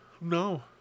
No